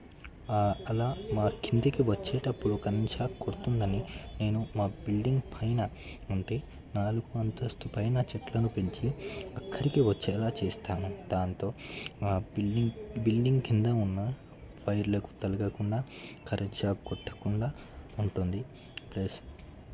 ఆ ఆలా మా కిందకి వచ్చేటప్పుడు కరెంట్ షాక్ కొడుతుందని నేను మా బిల్డింగ్ పైన అంటే నాలుగో అంతస్తు పైన చెట్లను పెంచి అక్కడికి వచ్చేలా చేస్తాము దాంతో మా బిల్డింగ్ బిల్డింగ్ కింద ఉన్న వైర్లకు తగలకుండా కరెంట్ షాక్ కొట్టకుండా ఉంటుంది